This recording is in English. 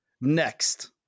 next